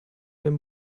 dem